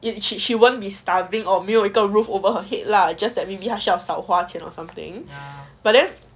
she she won't be starving or 没有一个 roof over her head lah just that maybe 她需要少花钱:tae xu yao shao hua qian or something but then